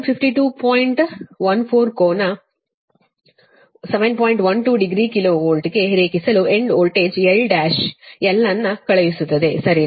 12 degree kilo ವೋಲ್ಟ್ಗೆ ರೇಖಿಸಲು end voltage L dash L ಅನ್ನು ಕಳುಹಿಸುತ್ತದೆ ಸರಿನಾ